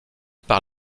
par